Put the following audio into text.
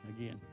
again